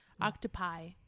octopi